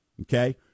okay